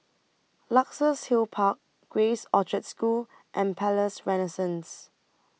Luxus Hill Park Grace Orchard School and Palais Renaissance